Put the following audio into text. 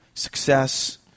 Success